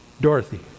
Dorothy